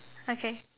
okay